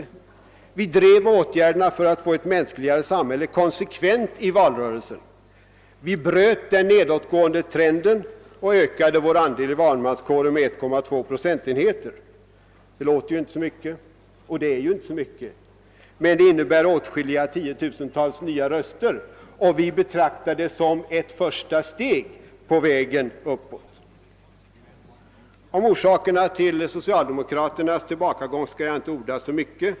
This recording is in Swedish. Vi drev i valrörelsen konsekvent åtgärderna för att få ett mänskligare samhälle. Vi bröt den nedåtgående trenden och ökade vår andel i valmanskåren med 1,2 procentenheter. Det låter inte så mycket och det är ju inte så mycket, men det innebär åtskilliga tiotusental nya röster och vi betraktar det som ett första steg på vägen uppåt. Om orsakerna till socialdemokraternas tillbakagång skall jag inte orda så mycket.